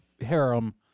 Harem